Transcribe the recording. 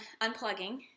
Unplugging